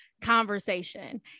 conversation